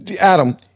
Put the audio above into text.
Adam